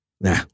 Nah